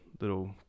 little